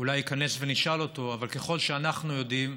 אולי ייכנס ונשאל אותו, אבל ככל שאנחנו יודעים,